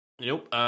Nope